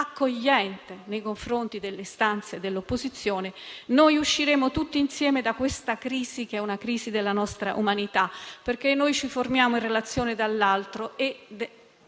accogliente nei confronti delle istanze dell'opposizione, così usciremo tutti insieme da questa crisi che riguarda la nostra umanità, perché ci formiamo in relazione con l'altro.